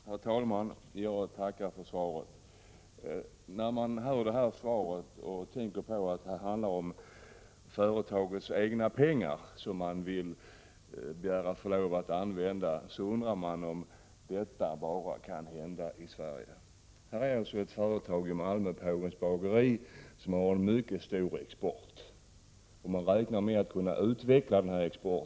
Herr talman! Jag tackar för svaret. När man hör detta svar och tänker på att det handlar om att företaget vill använda sina egna pengar, undrar man om detta kan hända bara i Sverige. Detta företag i Malmö, Pågens Familjebageri, har en mycket stor export. Företaget räknar med att kunna utöka denna export.